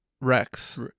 Rex